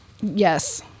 Yes